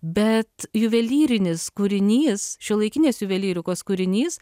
bet juvelyrinis kūrinys šiuolaikinės juvelyrikos kūrinys